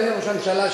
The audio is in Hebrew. אדוני ראש הממשלה,